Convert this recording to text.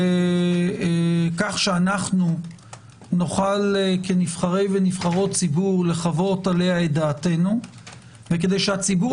כך שאנחנו נוכל כנבחרי ונבחרות ציבור לחוות עליה את דעתנו וכדי שהציבור